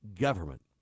government